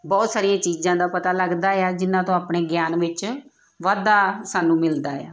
ਬਹੁਤ ਸਾਰੀਆਂ ਚੀਜ਼ਾਂ ਦਾ ਪਤਾ ਲੱਗਦਾ ਆ ਜਿਨ੍ਹਾਂ ਤੋਂ ਆਪਣੇ ਗਿਆਨ ਵਿੱਚ ਵਾਧਾ ਸਾਨੂੰ ਮਿਲਦਾ ਆ